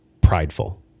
prideful